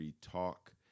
talk